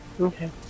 Okay